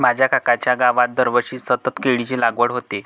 माझ्या काकांच्या गावात दरवर्षी सतत केळीची लागवड होते